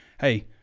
Hey